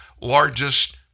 largest